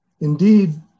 Indeed